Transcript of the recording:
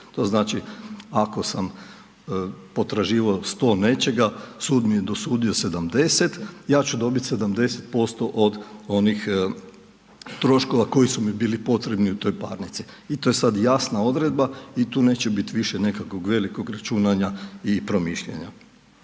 To znači ako sam potraživao 100 nečega, sud mi je dosudio 70, ja ću dobiti 70% od onih troškova koji su mi bili potrebni u toj parnici. I to je sada jasna odredba i tu neće biti više nekakvog velikog računanja i promišljanja.